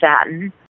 satin